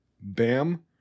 Bam